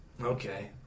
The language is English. Okay